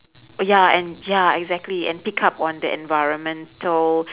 oh ya and ya exactly and pick up on the environmental